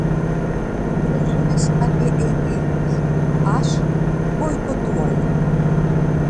gražulis apie eitynes aš boikotuoju